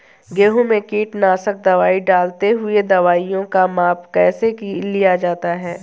गेहूँ में कीटनाशक दवाई डालते हुऐ दवाईयों का माप कैसे लिया जाता है?